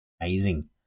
amazing